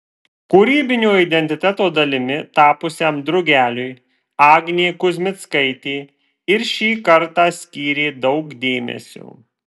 kūrybinio identiteto dalimi tapusiam drugeliui agnė kuzmickaitė ir šį kartą skyrė daug dėmesio